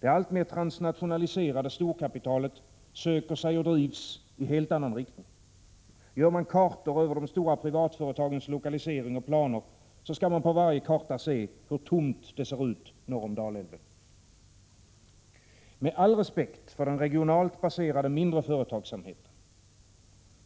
Det alltmer transnationaliserade storkapitalet söker sig och drivs i helt annan riktning. Gör man kartor över de stora privatföretagens lokalisering och planer, skall man på varje karta se hur tomt det ser ut norr om Dalälven. Med all respekt för den regionalt baserade mindre företagsamheten,